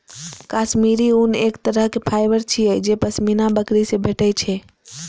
काश्मीरी ऊन एक तरहक फाइबर छियै जे पश्मीना बकरी सं भेटै छै